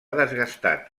desgastat